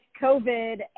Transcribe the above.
COVID